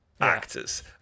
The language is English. Actors